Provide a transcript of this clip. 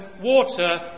water